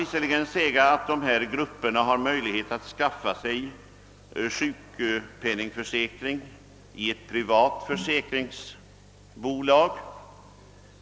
Det kan sägas att de här grupperna har möjlighet att skaffa sig sjukpenningförsäkring i ett privat försäkringsbolag.